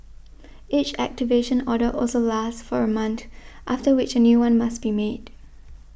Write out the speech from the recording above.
each activation order also lasts for a mount after which a new one must be made